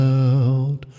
out